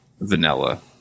vanilla